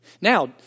Now